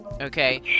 Okay